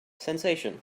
sensation